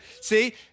See